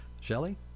Shelly